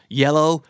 yellow